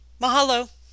Mahalo